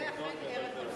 זה אכן ערך אבסולוטי.